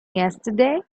yesterday